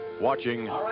watching